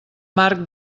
marc